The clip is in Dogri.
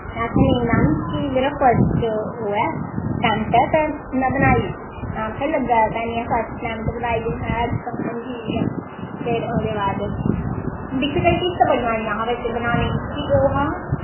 में आखेआ कि नेईं मैंम मेरा फस्ट ओह् ऐ अटैंप्ट ऐ ते में बनाई आक्खै लग्गा दा ते निं ऐ फस्ट अटैंप्ट बनाई ऐ महा अच्छा ठीक ऐ फिर ओह्दे बाद डिफिकलटी ते बड़ी आइयां हां इस्सी बनाने गी ओह् हा